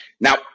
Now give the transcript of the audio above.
Now